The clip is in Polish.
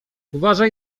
uważaj